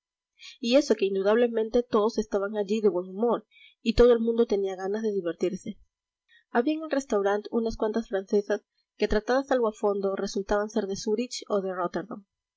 y eso que indudablemente todos estaban allí de buen humor y todo el mundo tenía ganas de divertirse había en el restaurant unas cuantas francesas que tratadas algo a fondo resultaban ser de zurich o